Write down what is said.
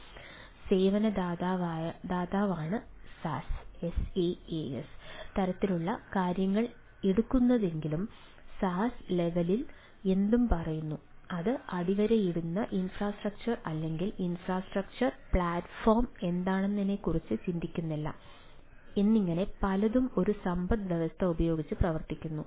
അതിനാൽ സേവന ദാതാവാണ് സാസ് ലെവലിൽ എന്തും പറയുന്നു അത് അടിവരയിടുന്ന ഇൻഫ്രാസ്ട്രക്ചർ അല്ലെങ്കിൽ ഇൻഫ്രാസ്ട്രക്ചർ അല്ലെങ്കിൽ പ്ലാറ്റ്ഫോം എന്താണെന്നതിനെക്കുറിച്ച് ചിന്തിക്കുന്നില്ല എന്നിങ്ങനെ പലതും ഒരു സമ്പദ്വ്യവസ്ഥ ഉപയോഗിച്ച് പ്രവർത്തിക്കുന്നു